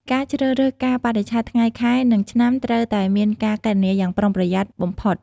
ការជ្រើសរើសកាលបរិច្ឆេទ ថ្ងៃ ខែ និងឆ្នាំត្រូវតែមានការគណនាយ៉ាងប្រុងប្រយ័ត្នបំផុត។